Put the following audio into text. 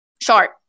short